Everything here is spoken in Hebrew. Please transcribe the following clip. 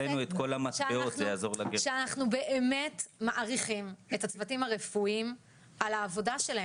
אנחנו באמת מעריכים את הצוותים הרפואיים על העבודה שלהם.